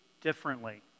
differently